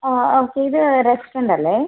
okay ഇത് restaurant അല്ലേ